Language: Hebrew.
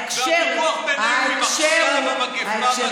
הוויכוח בינינו עכשיו אם המגפה, או לא.